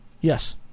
Yes